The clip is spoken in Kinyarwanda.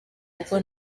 kuko